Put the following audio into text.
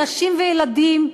נשים וילדים,